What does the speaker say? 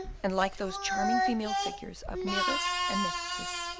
and, like those charming female figures of mieris and metzys,